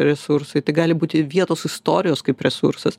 resursai tai gali būti vietos istorijos kaip resursas